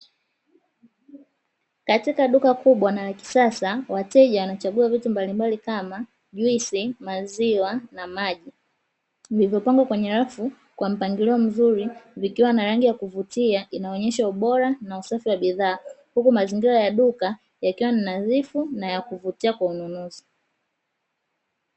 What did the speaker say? Katika duka kubwa na la kisasa wateja wanachagua vitu mbalimbali kama juisi maziwa na maji vilivyopangwa kwenye rafu kwa mpangilio mzuri vikiwa na rangi ya kuvutia inaonyesha ubora na usafi wa bidhaa huku mazingira ya duka yakiwa yanadhifu na ya kuvutia kwa ununuzi